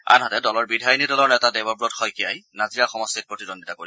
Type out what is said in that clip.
আনহাতে কংগ্ৰেছ বিধায়িনী দলৰ নেতা দেবৱত শইকীয়াই নাজিৰা সমষ্টিত প্ৰতিদ্বন্দিতা কৰিব